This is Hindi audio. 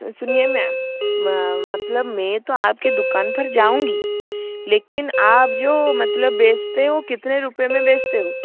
सुनिए मेम मतलब मैं तो आपके दुकान पर जाऊँगी लेकिन आप जो मतलब बेचते हो वो कितने रुपये में बेचते हो